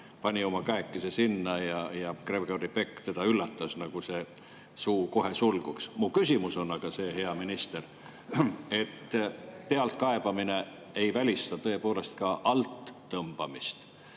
pani oma käekese sinna ja Gregory Peck teda üllatas, nagu see suu kohe sulguks. Mu küsimus on aga see, hea minister. Pealekaebamine ei välista tõepoolest ka alttõmbamist.